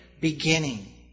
beginning